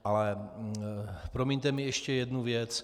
Ale promiňte mi ještě jednu věc.